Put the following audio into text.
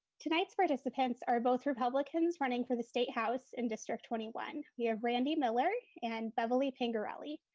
tonight's participants are both republicans, running for the state house and district twenty one. we have randy miller and beverly pingerelli.